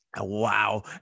Wow